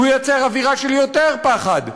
הוא ייצר אווירה של יותר פחד,